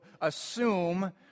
assume